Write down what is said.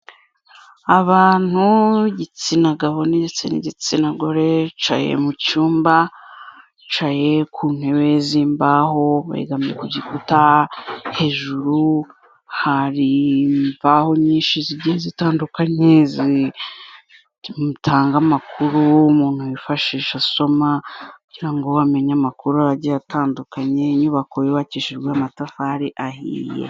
Abantu bi gitsina gabo ndetse n'igitsina gore, bicaye mu cyumba, bicaye ku ntebe z'imbaho begamiye ku gikuta, hejuru hari imvaho nyinshi zigenda zitandukanye, zitanga amakuru, umuntu yifashisha asoma kugira ngo bamenye amakuru agiye atandukanye, inyubako yubakishijwe amatafari ahiye.